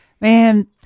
man